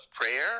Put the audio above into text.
prayer